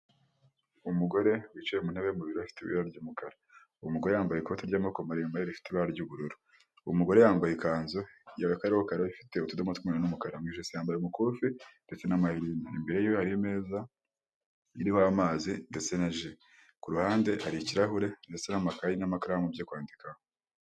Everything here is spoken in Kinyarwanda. Umugore wicaye ntebe mu biro ifite ibara by'umukara, uwo mugore yambaye ikoti ry'amaboko maremare rifite ibara ry'ubururu, uwo mugore yambaye ikanzu y'akarokaro ifite utudomo tw'umweru n'umukara, mu ijosi yambaye amakufe ndetse n'amaherena, imbere yuwe hari imeza iriho amazi ndetse na ji, ku ruhande hari ikirahure ndetse n'amakayi n'amakaramu byo kwandikaho.